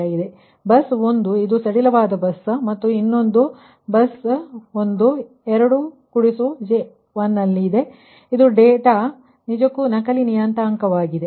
ಆದ್ದರಿಂದ ಬಸ್ 1 ಇದು slack bus ಬಲ ಮತ್ತು ಇನ್ನೊಂದು ವಿಷಯ ಬಸ್ 1 2 j1 ನಲ್ಲಿದೆ ಇದು ಡೇಟಾ ಇದು ನಿಜಕ್ಕೂ ಡಮ್ಮಿ ಪ್ಯಾರಾಮೀಟರ್ ಆಗಿದೆ